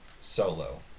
Solo